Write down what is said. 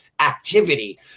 activity